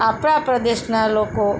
આપણા પ્રદેશના લોકો